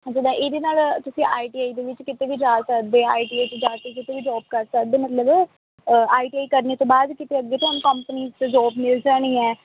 ਜਿੱਦਾਂ ਇਹਦੇ ਨਾਲ ਤੁਸੀਂ ਆਈ ਟੀ ਆਈ ਦੇ ਵਿੱਚ ਕਿਤੇ ਵੀ ਜਾ ਸਕਦੇ ਆਈ ਟੀ ਆਈ 'ਚ ਜਾ ਕੇ ਕਿਤੇ ਵੀ ਜੋਬ ਕਰ ਸਕਦੇ ਮਤਲਬ ਆਈ ਟੀ ਆਈ ਕਰਨ ਤੋਂ ਬਾਅਦ ਕਿਤੇ ਅੱਗੇ ਤੁਹਾਨੂੰ ਕੰਪਨੀ 'ਚ ਜੋਬ ਮਿਲ ਜਾਣੀ ਹੈ